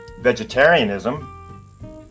vegetarianism